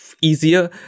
easier